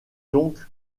donc